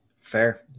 Fair